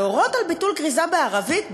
להורות על ביטול כריזה בערבית?